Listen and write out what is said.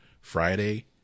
Friday